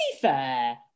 fair